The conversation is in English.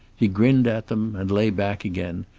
he grinned at them and lay back again,